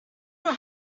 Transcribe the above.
know